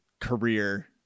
career